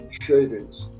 shavings